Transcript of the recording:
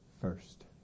first